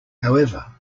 however